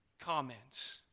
comments